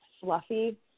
fluffy